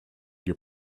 your